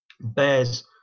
bears